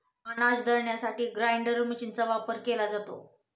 अनाज दळण्यासाठी ग्राइंडर मशीनचा वापर केला जातो